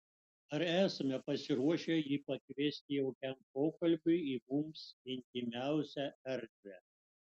ar esame pasiruošę jį pakviesti jaukiam pokalbiui į mums intymiausią erdvę